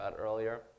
earlier